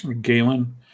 Galen